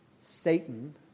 Satan